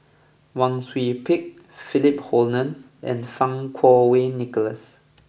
Wang Sui Pick Philip Hoalim and Fang Kuo Wei Nicholas